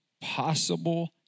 possible